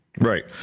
Right